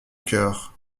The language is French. cœur